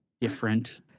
different